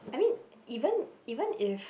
I mean even even if